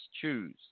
choose